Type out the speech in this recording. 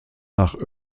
nach